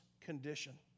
condition